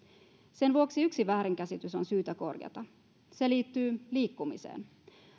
sen vuoksi yksi väärinkäsitys on syytä korjata se liittyy liikkumiseen